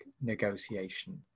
negotiation